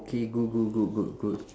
okay good good good good good